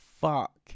fuck